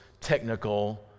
Technical